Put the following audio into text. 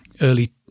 early